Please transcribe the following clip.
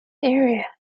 area